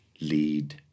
lead